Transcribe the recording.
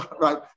right